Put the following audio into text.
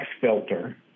filter